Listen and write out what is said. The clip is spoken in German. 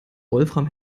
wolfram